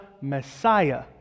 Messiah